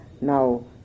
now